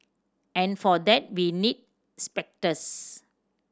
and for that we need specters